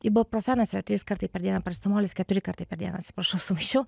ibuprofenas yra trys kartai per dieną paracetamolis keturi kartai per dieną atsiprašau sumaišiau